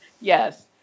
Yes